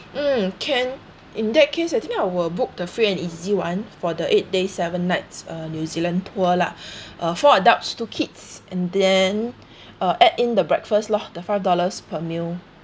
mm can in that case I think I will book the free and easy one for the eight days seven nights uh new zealand tour lah uh four adults two kids and then uh add in the breakfast loh the five dollars per meal